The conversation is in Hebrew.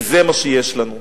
כי זה מה שיש לנו.